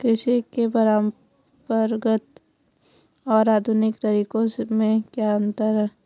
कृषि के परंपरागत और आधुनिक तरीकों में क्या अंतर है?